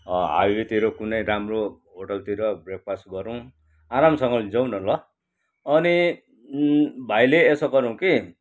हाइवेतिर कुनै राम्रो होटेलतिर ब्रेकफास्ट गरौँ आरामसँगले जाउँ न ल अनि भाइले यसो गरौँ कि